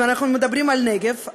אם אנחנו מדברים על הנגב,